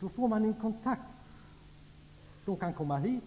Dessa människor kan komma hit,